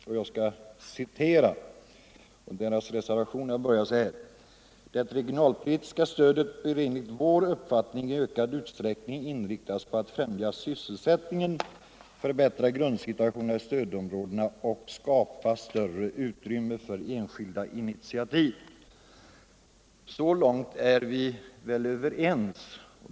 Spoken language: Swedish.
Den börjar med att konstatera: ”Det regionalpolitiska stödet bör enligt vår uppfattning i ökad utsträckning inriktas på att främja sysselsättningen, förbättra grundsituationen i stödområdena och skapa större utrymme för enskilda initiativ.” Så långt är vi överens.